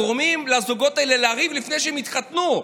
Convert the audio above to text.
גורמים לזוגות האלה לריב לפני שהם יתחתנו.